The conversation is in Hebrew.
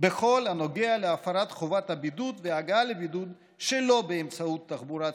בכל הנוגע להפרת חובת הבידוד והגעה לבידוד שלא באמצעות תחבורה ציבורית,